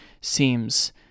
seems